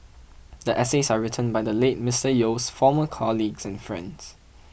the essays are written by the late Mister Yeo's former colleagues and friends